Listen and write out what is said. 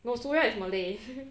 no sure it's malay